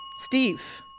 Steve